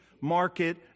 market